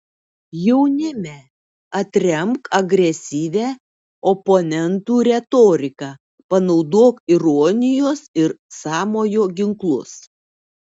jaunime atremk agresyvią oponentų retoriką panaudok ironijos ir sąmojo ginklus